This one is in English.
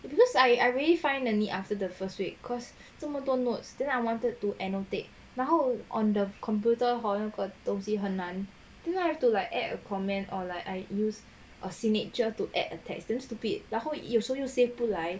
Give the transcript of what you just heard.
be because I I really find the need after the first week cause 这么多 notes that I wanted to annotate 然后 on the computer hor 那个东西很难 then why you have to like add a comment or like I use a signature to add a tag damn stupid 然后有一些又不来